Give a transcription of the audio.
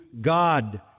God